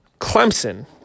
Clemson